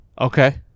Okay